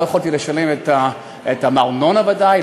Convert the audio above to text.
לא יכולתי לשלם את הארנונה ודאי,